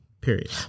Period